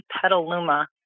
petaluma